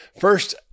First